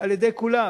על-ידי כולם.